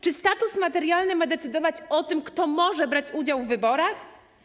Czy status materialny ma decydować o tym, kto może brać udział w wyborach?